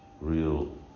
real